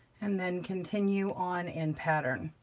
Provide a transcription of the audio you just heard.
and then continue on in pattern,